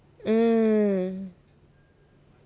mm